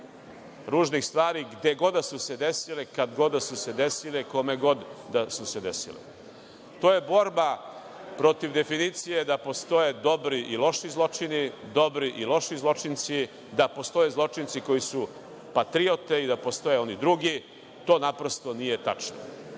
ružnih stvari, gde god da su se desile, kad god da su se desile, kome god da su se desile. To je borba protiv definicije da postoje dobri i loši zločini, dobri i loši zločinci, da postoje zločinci koji su patriote i da postoje oni drugi. To naprosto nije tačno.